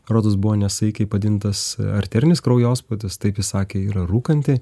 rodos buvo nesaikiai padidintas arterinis kraujospūdis taip ji sakė yra rūkanti